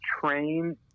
train